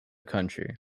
country